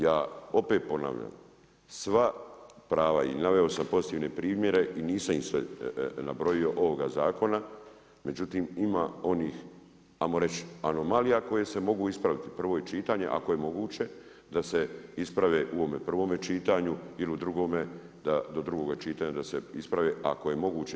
Ja opet ponavljam, sva prava i naveo sam pozitivne primjere i nisam ih sve nabrojio ovoga zakona, međutim ima onih ajmo reći anomalija koje se mogu ispraviti, prvo je čitanje, ako je moguće da se isprave u ovome prvome čitanju ili u drugom da do drugoga čitanja da se isprave, ako je moguće.